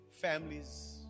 families